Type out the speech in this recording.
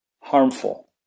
harmful